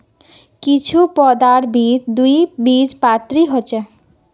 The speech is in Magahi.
कुछू पौधार बीज द्विबीजपत्री ह छेक